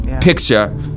Picture